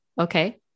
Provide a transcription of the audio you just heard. okay